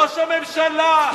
ראש הממשלה,